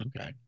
Okay